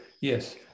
yes